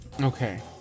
Okay